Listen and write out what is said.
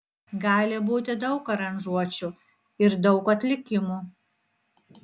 gali būti daug aranžuočių ir daug atlikimų